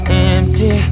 empty